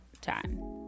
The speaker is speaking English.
time